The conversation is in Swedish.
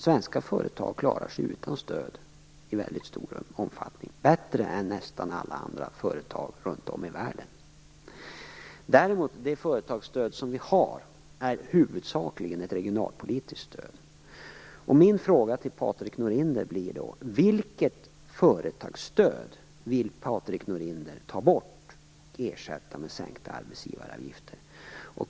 Svenska företag klarar sig utan stöd i väldigt stor omfattning - bättre än nästan alla andra företag runt om i världen. Däremot är det företagsstöd som vi har huvudsakligen ett regionalpolitiskt stöd. Min fråga till Patrik Norinder blir då: Vilket företagsstöd vill Patrik Norinder ta bort och ersätta med sänkta arbetsgivaravgifter?